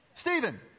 Stephen